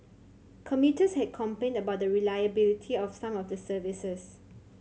commuters had complained about the reliability of some of the services